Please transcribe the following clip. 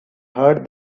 heard